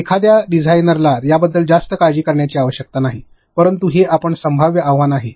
एखाद्या डिझाइनरला याबद्दल जास्त काळजी करण्याची आवश्यकता नाही परंतु हे आपण संभाव्य आव्हान आहे